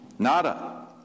Nada